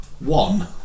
one